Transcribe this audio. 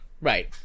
Right